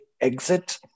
exit